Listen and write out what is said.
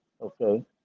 Okay